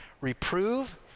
Reprove